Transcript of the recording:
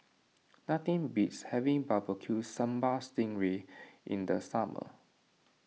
nothing beats having BBQ Sambal Sting Ray in the summer